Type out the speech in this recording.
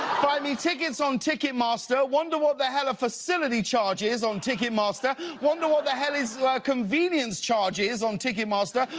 buy me tickets on ticketmaster. wonder what the hell a facility charge is on ticketmaster. wonder what the hell is a convenience charge is on ticketmaster.